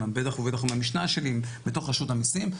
בטח ובטח עם המשנה שלי בתוך רשות המיסים,